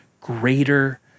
greater